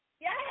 Yes